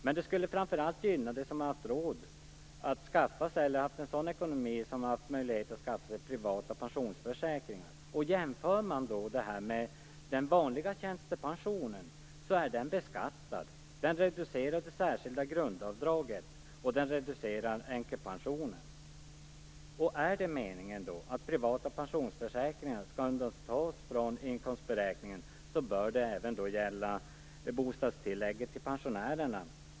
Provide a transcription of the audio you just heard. Men det skulle framför allt gynna dem som har haft en sådan ekonomi att de har haft möjlighet att skaffa sig privata pensionsförsäkringar. Man kan jämföra med den vanliga tjänstepensionen. Den är beskattad. Den reducerar det särskilda grundavdraget, och den reducerar änkepensionen. Om det är meningen att privata pensionsförsäkringar skall undantas från inkomstberäkningen bör det även gälla bostadstillägget till pensionärerna.